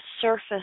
surface